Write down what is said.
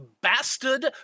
bastard